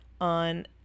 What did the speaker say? on